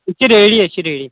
أسۍ چھِ ریڈی أسۍ چھِ ریڈی